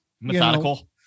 Methodical